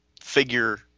figure